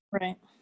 Right